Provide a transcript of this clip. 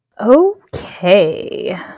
okay